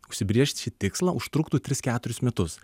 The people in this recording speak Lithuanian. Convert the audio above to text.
užsibrėžt šį tikslą užtruktų tris keturis metus